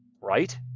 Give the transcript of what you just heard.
right